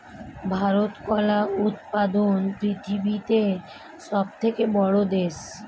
ভারত কলা উৎপাদনে পৃথিবীতে সবথেকে বড়ো দেশ